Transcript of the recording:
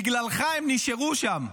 בגללך הם נשארו שם,